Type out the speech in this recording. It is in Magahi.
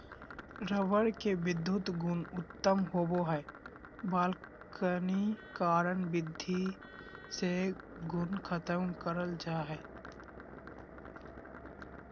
रबर के विधुत गुण उत्तम होवो हय वल्कनीकरण विधि से गुण खत्म करल जा हय